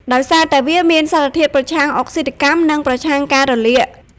ដោយសារតែវាមានសារធាតុប្រឆាំងអុកស៊ីតកម្ម និងប្រឆាំងការរលាក។